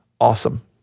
awesome